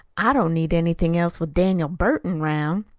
i don't need anything else with daniel burton round.